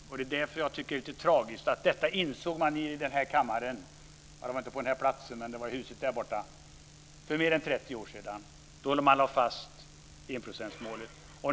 Jag tycker att det är lite tragiskt, för detta insåg man i denna kammare - ja, det var inte på den här platsen, men i det östra huset - för mer än 30 år sedan, när man lade fast enprocentsmålet.